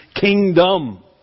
kingdom